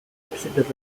opposite